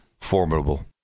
formidable